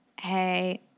hey